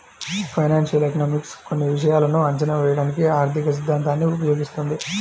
financial economics కొన్ని విషయాలను అంచనా వేయడానికి ఆర్థికసిద్ధాంతాన్ని ఉపయోగిస్తుంది